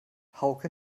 hauke